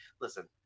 listen